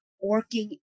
working